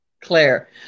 Claire